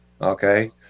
okay